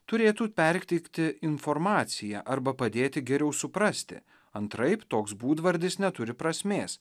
turėtų perteikti informaciją arba padėti geriau suprasti antraip toks būdvardis neturi prasmės